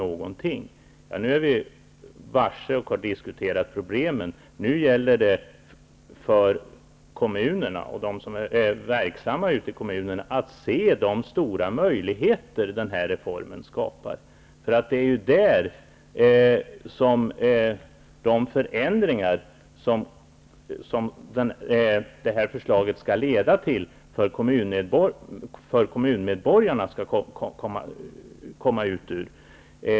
Nu är vi varse och har diskuterat problemet. Nu gäller det för kommunerna och för dem som är verksamma i kommunerna att se de stora möjligheter som den här reformen skapar. Det är ju ur detta som förändringarna för kommunmedborgarna skall komma.